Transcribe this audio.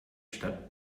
stadt